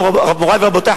מורי ורבותי,